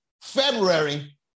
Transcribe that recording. February